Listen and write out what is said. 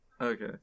okay